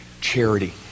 charity